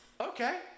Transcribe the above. okay